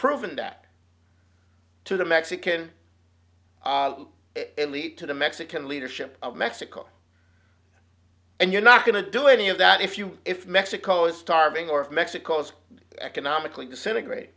proven that to the mexican elite to the mexican leadership of mexico and you're not going to do any of that if you if mexico is starving or of mexico's economically disintegrate